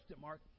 mark